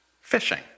fishing